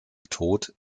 tod